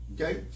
Okay